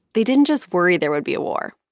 they didn't just worry there would be a war.